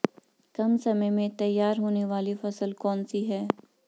कम समय में तैयार होने वाली फसल कौन सी है?